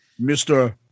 Mr